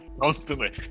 constantly